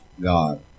God